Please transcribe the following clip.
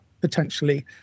potentially